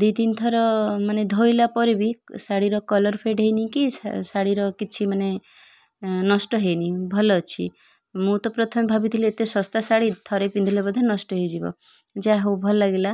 ଦୁଇ ତିନି ଥର ମାନେ ଧୋଇଲା ପରେ ବି ଶାଢ଼ୀର କଲର୍ ଫେଡ଼୍ ହୋଇନି କି ଶାଢ଼ୀର କିଛି ମାନେ ନଷ୍ଟ ହୋଇନି ଭଲ ଅଛି ମୁଁ ତ ପ୍ରଥମେ ଭାବିଥିଲି ଏତେ ଶସ୍ତା ଶାଢ଼ୀ ଥରେ ପିନ୍ଧିଲେ ବୋଧେ ନଷ୍ଟ ହୋଇଯିବ ଯାହା ହେଉ ଭଲ ଲାଗିଲା